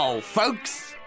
folks